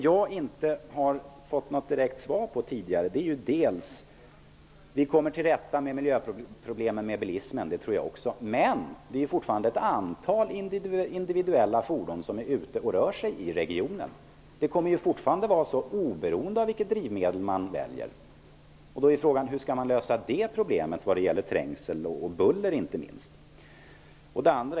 Jag tror att vi kommer till rätta med miljöproblemen med bilismen. Det kommer även i fortsättningen att vara ett antal individuella fordon som rör sig i regionen, oberoende av vilket drivmedel som används. Frågan är då hur problemet vad gäller trängsel och buller skall lösas.